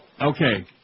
Okay